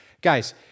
Guys